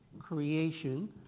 creation